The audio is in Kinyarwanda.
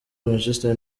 manchester